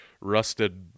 rusted